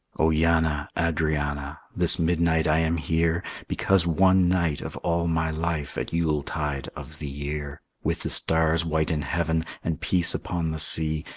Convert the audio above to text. o yanna, adrianna, this midnight i am here, because one night of all my life at yule tide of the year, with the stars white in heaven, and peace upon the sea,